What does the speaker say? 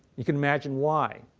you can imagine why.